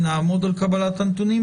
אנחנו נעמוד על קבלת הנתונים,